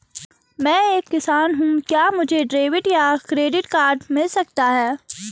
मैं एक किसान हूँ क्या मुझे डेबिट या क्रेडिट कार्ड मिल सकता है?